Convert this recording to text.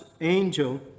angel